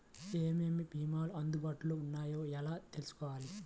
ఏమేమి భీమాలు అందుబాటులో వున్నాయో ఎలా తెలుసుకోవాలి?